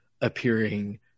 appearing